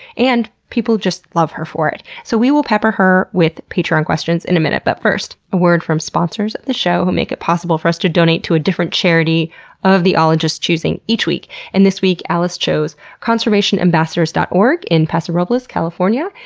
and people love her for it. so we will pepper her with patreon questions in a minute, but first a word from sponsors of the show who make it possible for us to donate to a different charity of the ologist's choosing each week. and this week allis chose conservationambassadors dot org in paso robles, california.